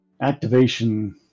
activation